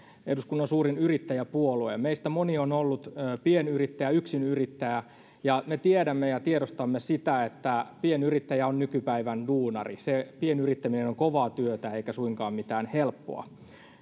eduskunnan suurin yrittäjäpuolue meistä moni on ollut pienyrittäjä yksinyrittäjä ja me tiedämme ja tiedostamme sen että pienyrittäjä on nykypäivän duunari se pienyrittäminen on kovaa työtä eikä suinkaan mitään helppoa